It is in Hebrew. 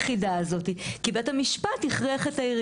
החלטתי שאני מפסידה יום עבודה לטובת ההגעה שלי מהמרכז לפה,